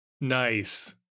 Nice